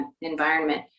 environment